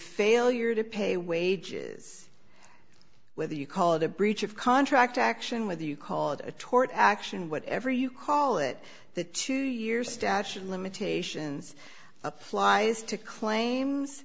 failure to pay wages whether you call it a breach of contract action whether you call it a tort action whatever you call it the two year statute of limitations applies to claims